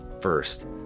first